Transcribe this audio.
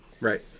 Right